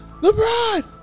LeBron